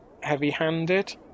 heavy-handed